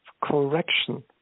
correction